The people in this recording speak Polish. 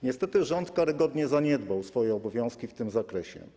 Niestety rząd karygodnie zaniedbał swoje obowiązki w tym zakresie.